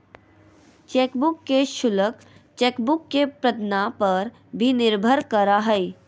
chequebook के शुल्क chequebook के पन्ना पर भी निर्भर करा हइ